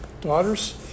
daughters